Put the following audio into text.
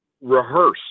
rehearse